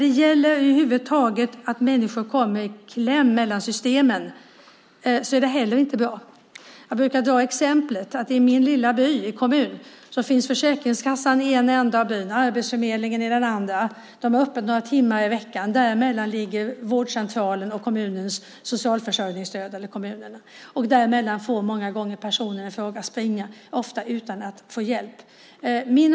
Det är inte bra att människor kommer i kläm mellan systemen. Jag brukar exemplifiera med att i min lilla by, kommun, finns Försäkringskassan i ena ändan av byn och arbetsförmedlingen i den andra. De har öppet några timmar i veckan. Däremellan ligger vårdcentralen och den instans dit man kan vända sig för att få kommunens socialförsörjningsstöd. Mellan dessa får personen i fråga många gånger springa, ofta utan att få hjälp.